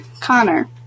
Connor